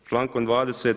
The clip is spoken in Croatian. Člankom 20.